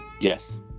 Yes